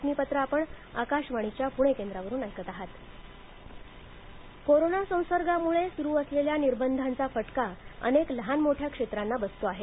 गणेश मुर्तीकार रायगड कोरोना संसर्गामुळे सुरू असलेल्या निर्बंधांचा फटका अनेक लहान मोठ्या क्षेत्रांना बसतो आहे